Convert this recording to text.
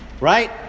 right